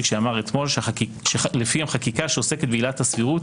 שאמר אתמול לפיהם חקיקה שעוסקת בעילת הסבירות